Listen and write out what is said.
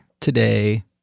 today